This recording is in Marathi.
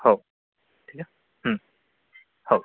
हो ठीक आहे हं हो